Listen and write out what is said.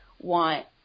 want